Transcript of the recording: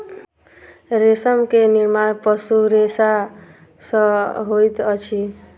रेशम के निर्माण पशु रेशा सॅ होइत अछि